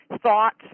thoughts